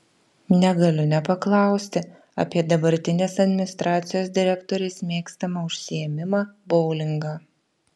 negaliu nepaklausti apie dabartinės administracijos direktorės mėgstamą užsiėmimą boulingą